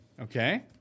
Okay